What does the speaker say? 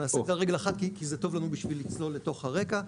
נעשה את זה על רגל אחת כי זה טוב לנו בשביל לצלול לתוך הרקע.